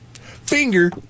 Finger